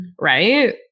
right